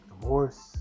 divorce